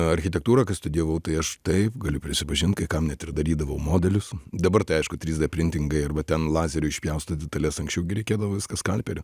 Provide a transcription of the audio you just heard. architektūrą ką studijavau tai aš taip galiu prisipažint kai kam net ir darydavau modelius dabar tai aišku trys d printingai arba ten lazeriu išpjausto detales anksčiau gi reikėdavo viską skalperiu